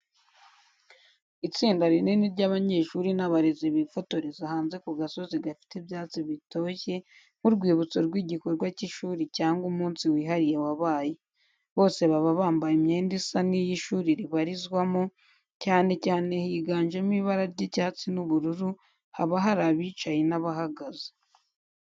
Itsinda rinini ry'abanyeshuri n'abarezi bifotoreza hanze ku gasozi gafite ibyatsi bitoshye, nkurwibutso rwigikorwa cy'ishuri cyangwa umunsi wihariye wabaye. Bose baba bambaye imyenda isa niyo ishuri ribarizwamo cyane cyane higanjemo ibara ry'icyatsi n'ubururu, haba hari abicaye n'abahagaze.